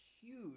huge